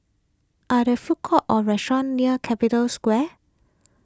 are there food courts or restaurants near Capital Square